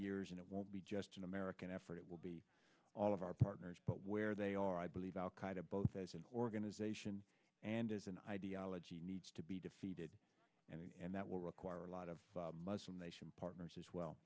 years and it won't be just an american effort it will be all of our partners but where they are i believe al qaeda both as an organization and as an ideology needs to be defeated and that will require a lot of muslim nation partners as well